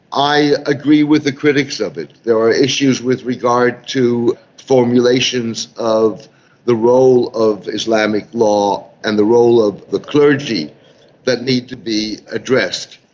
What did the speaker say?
i agree with the critics of it, there are issues with regard to formulations of the role of islamic law and the role of the clergy that need to be addressed.